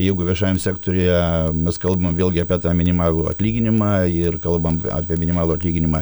jeigu viešajam sektoriuje mes kalbam vėlgi apie tą minimalų atlyginimą ir kalbam apie minimalų atlyginimą